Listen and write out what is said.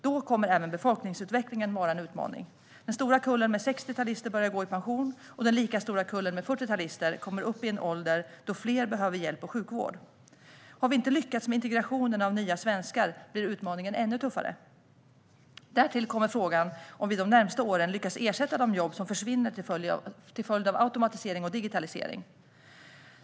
Då kommer även befolkningsutvecklingen att vara en utmaning - den stora kullen 60-talister börjar gå i pension, och den lika stora kullen 40-talister kommer upp i en ålder då fler behöver hjälp och sjukvård. Har vi inte lyckats med integrationen av nya svenskar blir utmaningen ännu tuffare. Därtill kommer frågan om vi de närmaste åren lyckas ersätta de jobb som försvinner till följd av automatisering och digitalisering.